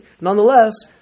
nonetheless